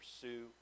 pursue